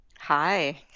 Hi